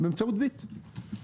באמצעות "ביט".